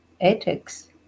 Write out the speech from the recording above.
ethics